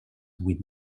with